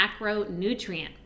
macronutrient